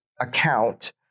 account